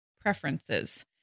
preferences